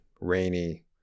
rainy